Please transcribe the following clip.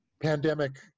pandemic